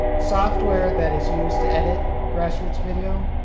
software that is used to edit grassroots video,